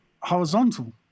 horizontal